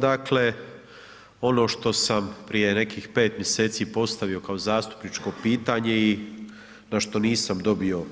Dakle, ono što sam prije nekih 5 mj. postavio kao zastupničko pitanje i na što nisam dobio